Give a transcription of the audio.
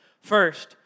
First